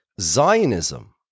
Zionism